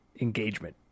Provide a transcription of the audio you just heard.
engagement